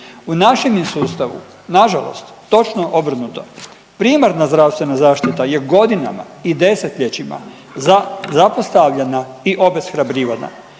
U našem je sustavu na žalost točno obrnuto. Primarna zdravstvena zaštita je godinama i desetljećima zapostavljena i obeshrabrivana.